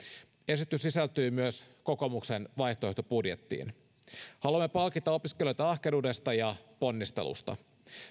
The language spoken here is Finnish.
esitys sisältyi myös kokoomuksen vaihtoehtobudjettiin haluamme palkita opiskelijoita ahkeruudesta ja ponnistelusta